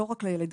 לא רק לילד,